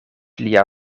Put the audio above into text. lia